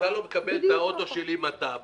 אתה לא מקבל את האוטו שלי עם התו,